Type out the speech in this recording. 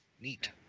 Neat